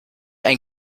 ein